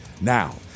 Now